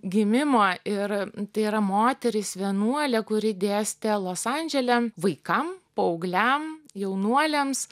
gimimo ir tai yra moteris vienuolė kuri dėstė los andžele vaikam paaugliam jaunuoliams